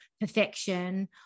perfection